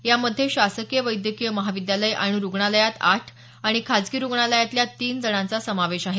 यामध्ये शासकीय वैद्यकीय महाविद्यालय आणि रुग्णालयात आठ आणि खाजगी रुग्णालयातल्या तीन जणांचा समावेश आहे